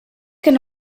can